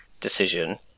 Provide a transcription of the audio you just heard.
decision